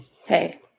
Hey